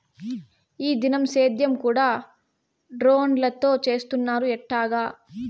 ఈ దినం సేద్యం కూడ డ్రోన్లతో చేస్తున్నారు ఎట్టాగా